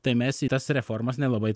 tai mes į tas reformas nelabai